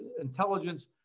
intelligence